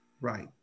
Right